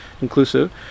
inclusive